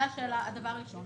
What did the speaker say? זה הדבר הראשון.